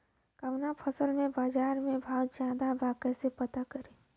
कवना फसल के बाजार में भाव ज्यादा बा कैसे पता करि?